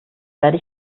werde